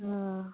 অঁ